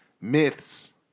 myths